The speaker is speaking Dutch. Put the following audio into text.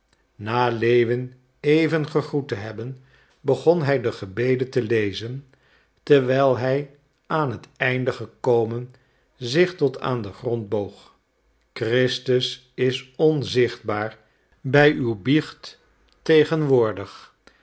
lewin even gegroet te hebben begon hij de gebeden te lezen terwijl hij aan het einde gekomen zich tot aan den grond boog christus is onzichtbaar bij uw biecht tegenwoordig